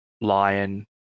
Lion